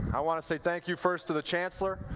i want to say thank you first to the chancellor.